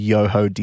Yoho